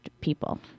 people